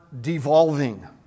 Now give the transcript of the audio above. devolving